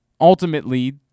Ultimately